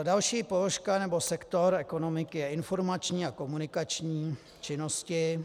Další položka nebo sektor ekonomiky je informační a komunikační činnosti.